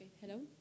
hello